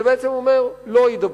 זה בעצם אומר, לא הידברות,